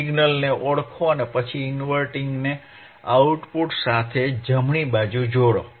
સિગ્નલને ઓળખો અને પછી ઇનવર્ટિંગને આઉટપુટ સાથે જમણે જોડો